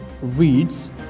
reads